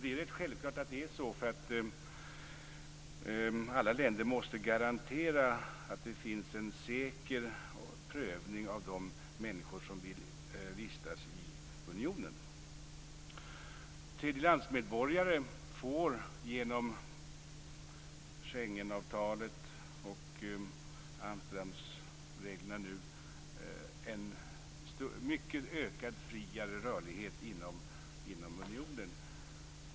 Det är rätt självklart att det är så. Alla länder måste garantera att det finns en säker prövning för de människor som vill vistas i unionen. Tredjelandsmedborgare får genom Schengenavtalet och Amsterdamreglerna nu en mycket friare rörlighet inom unionen.